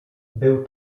był